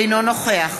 אינו נוכח